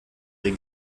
ihr